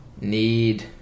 need